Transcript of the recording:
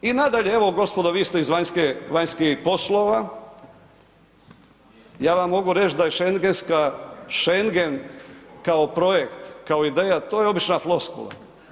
I nadalje, evo gospodo vi ste iz vanjskih poslova, ja vam mogu reći da je Schangen kao projekt, kao ideja, to je obična floskula.